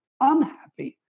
unhappy